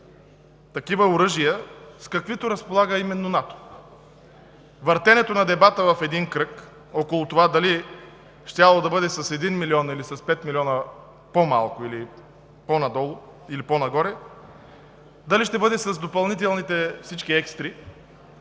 такива оръжия, с каквито разполага именно НАТО. Въртенето на дебата в един кръг около това дали щяло да бъде с един милион, или с пет милиона по-малко, или по-надолу, или по-нагоре, дали ще бъде с допълнителните всички екстри